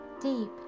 Deep